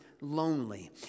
Lonely